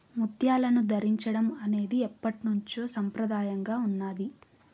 ముత్యాలను ధరించడం అనేది ఎప్పట్నుంచో సంప్రదాయంగా ఉన్నాది